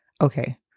okay